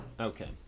okay